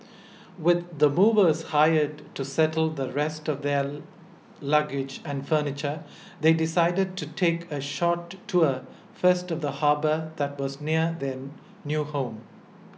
with the movers hired to settle the rest of their luggage and furniture they decided to take a short tour first of the harbour that was near their new home